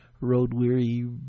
road-weary